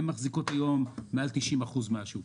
הן מחזיקות היום מעל 90 אחוזים מהשוק.